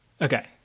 Okay